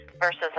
versus